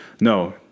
No